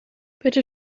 bitte